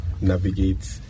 navigate